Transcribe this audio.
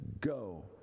go